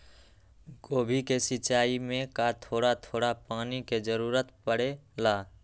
गोभी के सिचाई में का थोड़ा थोड़ा पानी के जरूरत परे ला?